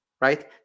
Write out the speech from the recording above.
right